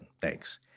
Thanks